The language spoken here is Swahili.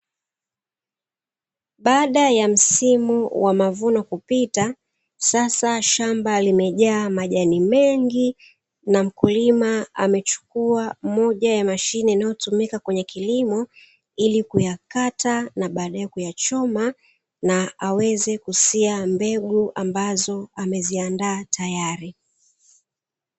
Baada ya msimu wa mavuno kupita sasa shamba limejaa majani mengi, na mkulima amechukua moja ya mashine inayotumika kwenye kilimo, ili kuyakata na baadae kuyachoma na kuweza kusia mbegu ambazo ameziandaa tayari.